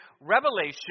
revelation